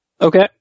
Okay